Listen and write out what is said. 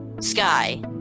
Sky